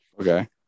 Okay